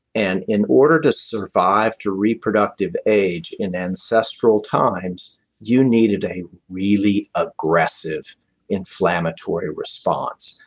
and in order to survive to reproductive age in ancestral times, you needed a really aggressive inflammatory response.